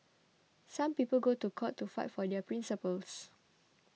some people go to court to fight for their principles